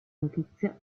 notizia